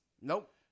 Nope